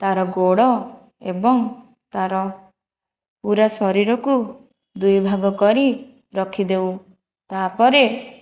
ତାର ଗୋଡ଼ ଏବଂ ତାର ପୁରା ଶରୀରକୁ ଦୁଇ ଭାଗ କରି ରଖି ଦେଉ ତାହାପରେ